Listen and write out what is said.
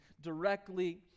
directly